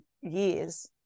years